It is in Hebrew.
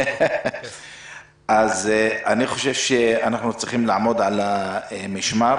אני חושב שאנחנו צריכים לעמוד על המשמר